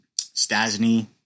Stasny